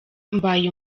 mbaye